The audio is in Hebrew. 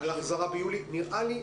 על החזרה ביולי נראה לי,